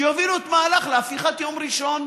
שיובילו את המהלך להפיכת יום ראשון